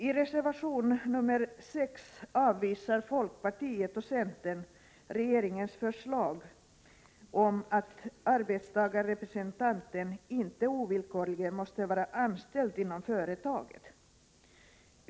I reservation 6 avvisar folkpartiet och centern regeringens förslag om att arbetstagarrepresentanten inte ovillkorligen måste vara anställd inom företaget.